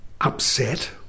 upset